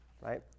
right